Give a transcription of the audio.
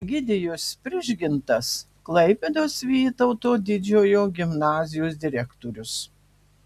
egidijus prižgintas klaipėdos vytauto didžiojo gimnazijos direktorius